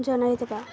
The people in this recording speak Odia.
ଜଣାଇ ଦେବା